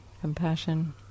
compassion